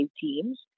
teams